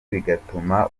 bigatuma